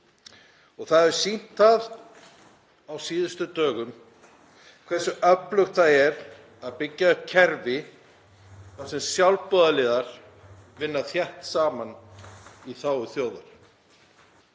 og það hefur sýnt sig á síðustu dögum hversu öflugt það er að byggja upp kerfi þar sem sjálfboðaliðar vinna þétt saman í þágu þjóðar.